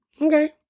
Okay